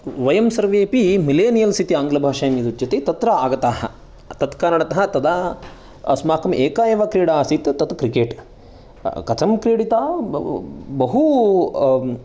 वयं सर्वेपि मिलेनियल्स् इति आङ्ग्लभाषायां यदुच्यते तत्र आगताः तत् कारणतः तदा अस्माकम् एका एव क्रीडा आसीत् तत् क्रिकेट् कथं क्रीडिता ब बहु